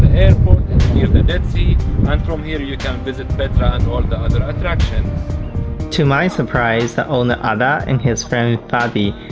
airport near the dead sea um from here you can visit petra and all the other attractions to my surprise, the owner ala and his friend fadi,